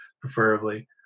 preferably